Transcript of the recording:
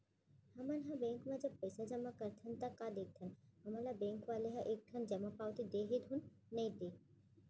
हमन ह बेंक म जब पइसा जमा करथन ता का देखथन हमन ल बेंक वाले ह एक ठन जमा पावती दे हे धुन नइ ते